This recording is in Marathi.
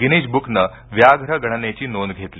गिनिज ब्कानं व्याघ्र गणनेची नोंद घेतली